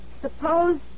Suppose